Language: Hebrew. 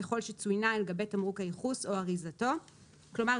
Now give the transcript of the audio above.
ככל שצוינה על גבי תמרוק הייחוס או אריזתו," כלומר,